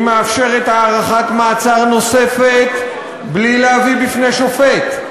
היא מאפשרת הארכת מעצר נוספת בלי להביא בפני שופט,